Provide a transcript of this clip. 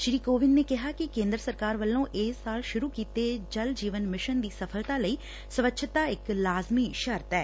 ਸ੍ੀ ਕੋਵਿੰਦ ਨੇ ਕਿਹਾ ਕਿ ਕੇਂਦ ਸਰਕਾਰ ਵੱਲੋਂ ਇਸ ਸਾਲ ਸੁਰੂ ਕੀਤੇ ਜਲ ਜੀਵਨ ਮਿਸ਼ਨ ਦੀ ਸਫ਼ਲਤਾ ਲਈ ਸਵੱਛਤਾ ਇਕ ਲਾਜ਼ਮੀ ਸ਼ਰਤ ਐ